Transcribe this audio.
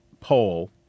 poll